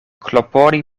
klopodi